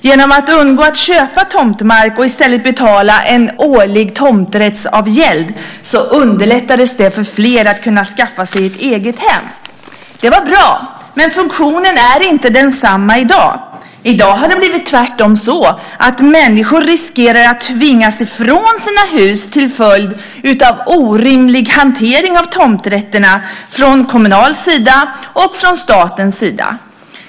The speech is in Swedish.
Genom att man inte behövde köpa tomtmark utan i stället kunde betala en årlig tomträttsavgäld underlättades för fler att kunna skaffa sig ett eget hem. Det var bra, men funktionen är inte densamma i dag. I dag har det tvärtom blivit så att människor riskerar att tvingas ifrån sina hus till följd av orimlig hantering av tomträtterna från kommunal sida och från statens sida.